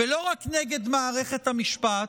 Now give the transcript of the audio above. לא רק נגד מערכת המשפט,